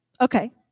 Okay